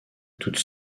toutes